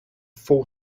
four